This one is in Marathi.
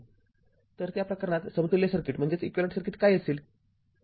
तर त्या प्रकरणात समतुल्य सर्किट काय असेल